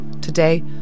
Today